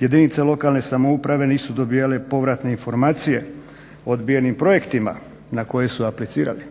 Jedinice lokalne samouprave nisu dobivale povratne informacije o odbijenim projektima na koje su aplicirali,